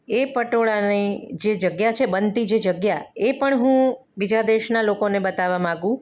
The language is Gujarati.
એ પટોળાની જે જગ્યા છે બનતી જે જગ્યા એ પણ હું બીજા દેશનાં લોકોને બતાવવા માગું